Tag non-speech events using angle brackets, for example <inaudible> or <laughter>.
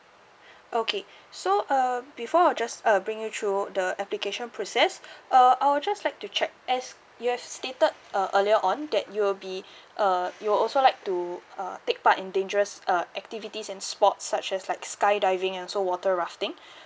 <breath> okay <breath> so uh before I just uh bring you throughout the application process <breath> uh I'll just like to check as you have stated uh earlier on that you'll be <breath> uh you'll also like to uh take part in dangerous uh activities and sports such as like skydiving and also water rafting <breath>